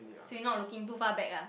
so you're not looking too far back ah